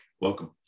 Welcome